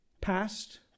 past